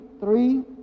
three